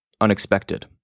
unexpected